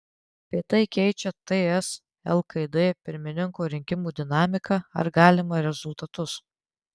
kaip tai keičia ts lkd pirmininko rinkimų dinamiką ir galimus rezultatus